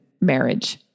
marriage